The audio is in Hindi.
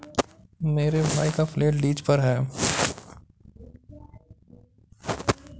मेरे भाई का फ्लैट लीज पर है